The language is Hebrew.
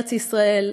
ארץ ישראל,